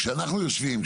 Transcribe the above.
כשאנחנו יושבים,